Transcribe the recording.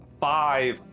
five